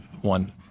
one